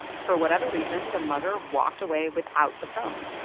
for whatever reason, the mugger walked away without the phone.